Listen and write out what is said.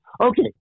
Okay